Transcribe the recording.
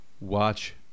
Watch